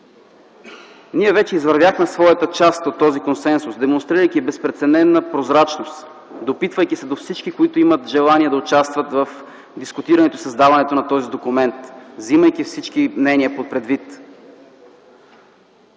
Ние вече извървяхме своята част от този консенсус, демонстрирайки безпрецедентна прозрачност, допитвайки се до всички, които имат желание да участват в дискутирането и създаването на този документ, вземайки предвид